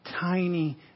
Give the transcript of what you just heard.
tiny